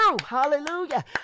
hallelujah